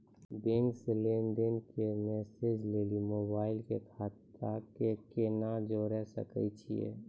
Bank से लेंन देंन के मैसेज लेली मोबाइल के खाता के केना जोड़े सकय छियै?